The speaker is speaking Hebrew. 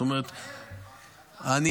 אבל מהר.